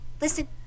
listen